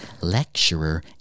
lecturer